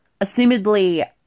Assumedly